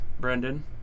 Brendan